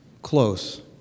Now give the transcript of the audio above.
Close